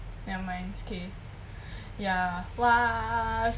never mind it's okay ya !wah!